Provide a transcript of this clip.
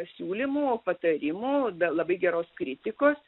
pasiūlymų patarimų da labai geros kritikos